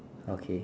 okay